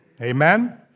amen